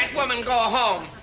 woman go home?